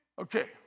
okay